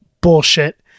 bullshit